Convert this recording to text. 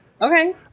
Okay